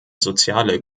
soziale